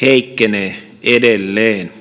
heikkenee edelleen